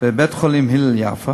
בבית-חולים הלל יפה